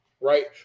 right